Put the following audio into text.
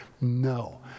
No